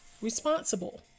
responsible